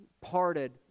parted